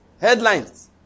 headlines